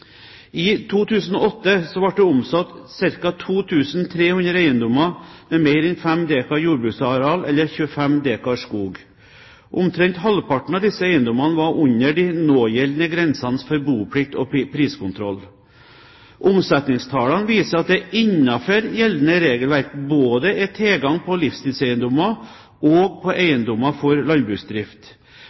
I 2008 ble det omsatt ca. 2 300 eiendommer med mer enn 5 dekar jordbruksareal eller 25 dekar skog. Omtrent halvparten av disse eiendommene var under de någjeldende grensene for boplikt og priskontroll. Omsetningstallene viser at det innenfor gjeldende regelverk både er tilgang på livsstilseiendommer og på eiendommer for landbruksdrift.